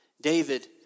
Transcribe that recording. David